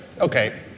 okay